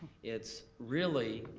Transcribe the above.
it's really,